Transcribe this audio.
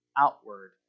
outward